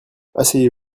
asseyez